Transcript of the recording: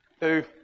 two